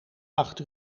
achter